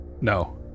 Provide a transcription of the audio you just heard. No